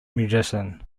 musician